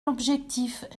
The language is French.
l’objectif